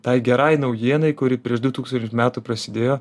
tai gerai naujienai kuri prieš du tūkstančius metų prasidėjo